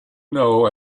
know